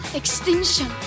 extinction